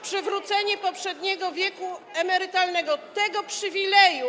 przywrócenie poprzedniego wieku emerytalnego, tego przywileju.